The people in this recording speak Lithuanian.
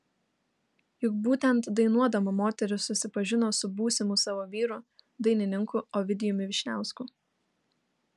juk būtent dainuodama moteris susipažino su būsimu savo vyru dainininku ovidijumi vyšniausku